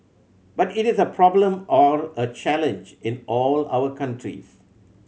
but it is a problem or a challenge in all our countries